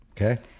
Okay